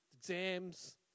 exams